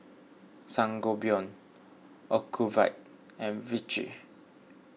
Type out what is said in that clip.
Sangobion Ocuvite and Vichy